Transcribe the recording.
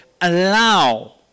allow